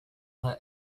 her